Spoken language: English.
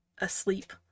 asleep